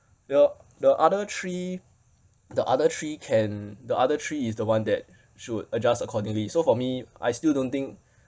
the the other three the other three can the other three is the one that should adjust accordingly so for me I still don't think